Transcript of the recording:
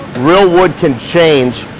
real wood can change